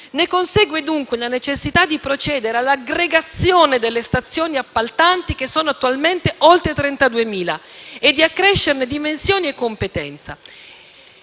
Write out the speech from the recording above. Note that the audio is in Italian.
Ne consegue dunque la necessità di procedere all'aggregazione delle stazioni appaltanti, che sono attualmente oltre 32.000, e di accrescerne dimensione e competenza.